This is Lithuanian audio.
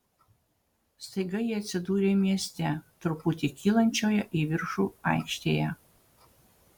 staiga jie atsidūrė mieste truputį kylančioje į viršų aikštėje